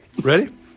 Ready